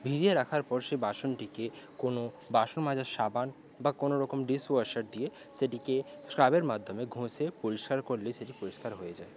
ভিজিয়ে রাখার পর সে বাসনটিকে কোনো বাসন মাজার সাবান বা কোন রকম ডিসওয়াসার দিয়ে সেটিকে স্ক্রাবের মাধ্যমে ঘসে পরিষ্কার করলেই সেটি পরিষ্কার হয়ে যায়